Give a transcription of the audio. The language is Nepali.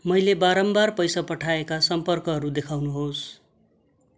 मैले बारम्बार पैसा पठाएका सम्पर्कहरू देखाउनुहोस्